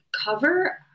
cover